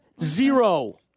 Zero